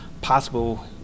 possible